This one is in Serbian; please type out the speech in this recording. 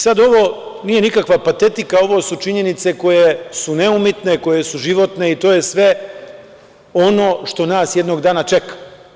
Sada ovo nije nikakva patetika, ovo su činjenice koje su neumitne, koje su životne i to je sve ono što nas jednog dana čeka.